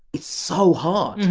it's so hard,